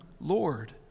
Lord